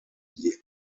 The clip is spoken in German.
die